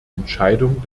entscheidung